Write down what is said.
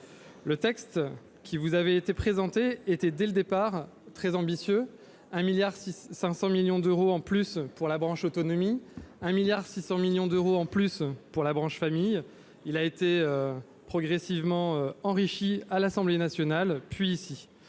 Le texte qui vous avait été présenté était, dès le départ, très ambitieux : 1,5 milliard d'euros supplémentaires pour la branche autonomie et 1,6 milliard pour la branche famille. Il a été progressivement enrichi à l'Assemblée nationale puis ici.